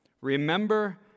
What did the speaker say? remember